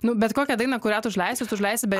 nu bet kokią dainą kurią tu užleisti tu užleisi be